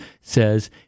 says